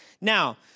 Now